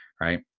Right